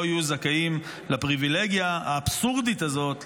לא יהיו זכאים לפריבילגיה האבסורדית הזאת,